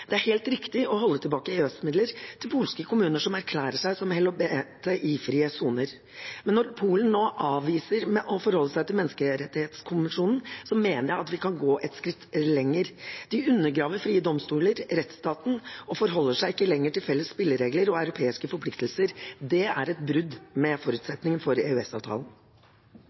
Det er helt riktig å holde tilbake EØS-midler til polske kommuner som erklærer seg som LHBTI-frie soner, men når Polen nå avviser å forholde seg til FNs menneskerettighetskommisjon, mener jeg at vi kan gå et skritt lenger. De undergraver frie domstoler og rettsstaten og forholder seg ikke lenger til felles spilleregler og europeiske forpliktelser. Det er et brudd med forutsetningene for